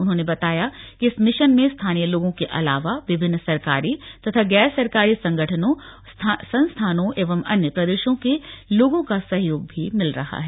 उन्होंने बताया कि इस मिशन में स्थानीय लोगों के अलावा विभिन्न सरकारी तथा गैरसरकारी संगठनों संस्थाओं एवं अन्य प्रदेशों के लोगों का सहयोग भी मिल रहा है